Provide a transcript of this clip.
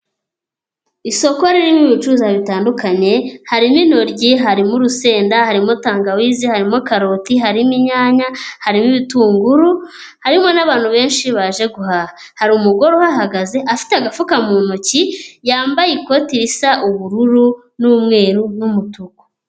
Isoko rininirimo ibicuruza bitandukanye, harimo intoryi, harimo urusenda, harimo tangawizi, harimo karoti, harimo inyanya, harimo ibitunguru, harimo n'abantu benshi baje guhaha, hari umugore uhagaze afite agafuka mu ntoki, yambaye ikoti risa ubururu n'umweru n'umutuku.